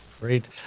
Great